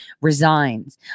resigns